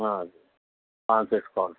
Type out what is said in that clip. ہاں پانچ سو اسٹال کے